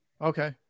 Okay